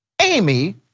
Amy